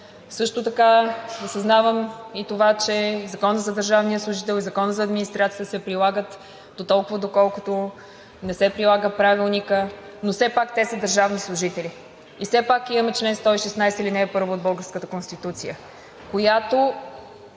Също така осъзнавам и това, че Законът за държавния служител и Законът за администрацията се прилагат дотолкова, доколкото не се прилага Правилникът. Но все пак те са държавни служители. И все пак имаме чл. 116, ал. 1 от Българската Конституция, който